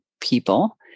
people